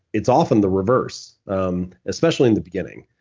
it's often the reverse um especially in the beginning.